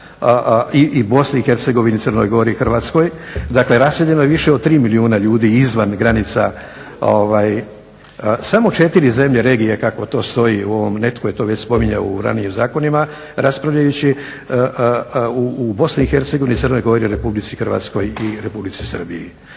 milijuna i BiH, Crnoj Gori i Hrvatskoj, dakle raseljeno je više od 3 milijuna ljudi izvan granica. Samo četiri zemlje regije kako to stoji u ovom, netko je to već spominjao u ranijim zakonima raspravljajući, u BiH, Crnoj Gori, Republici Hrvatskoj i Republici Srbiji.